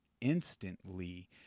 instantly